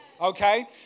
Okay